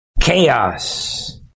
chaos